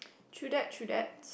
true that true that